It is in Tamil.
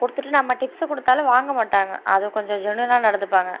கொடுத்துட்டு நம்ம டிப்ஸு கொடுத்தாலும் வாங்கமாட்டாங்க அது கொஞ்சம் ஜென்யூனாக நடந்துப்பாங்க